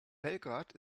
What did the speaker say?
belgrad